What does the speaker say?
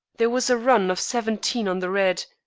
there was a run of seventeen on the red.